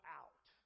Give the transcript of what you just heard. out